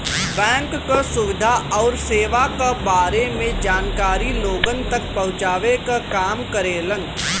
bank क सुविधा आउर सेवा क बारे में जानकारी लोगन तक पहुँचावे क काम करेलन